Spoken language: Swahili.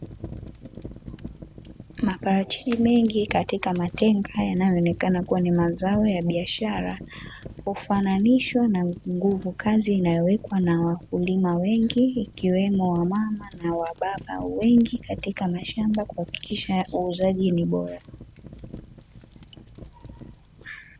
Maparachi mengi katika matenga yanayoonekana kuwa ni mazao ya biashara, hufananishwa na nguvu kazi inayowekwa na wakulima wengi, ikiwemo wamama na wababa wengi katika mashamba, kuhakikisha uuzaji ni bora.